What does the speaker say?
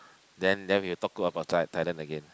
then then we will talk about Thailand again